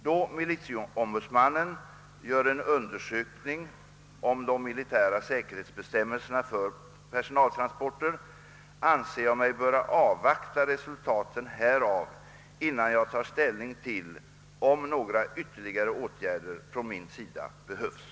Då militieombudsmannen gör en undersökning om de militära säkerhetsbestämmelserna för personaltransporter, anser jag mig böra avvakta resultaten härav innan jag tar ställning till om några ytterligare åtgärder från min sida behövs.